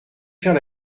faire